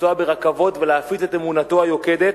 לנסוע ברכבות ולהפיץ את אמונתו היוקדת.